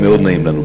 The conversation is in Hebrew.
היה מאוד נעים לנו,